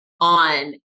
on